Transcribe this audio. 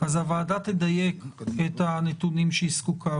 אז הוועדה תדייק את הנתונים שהיא זקוקה,